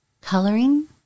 coloring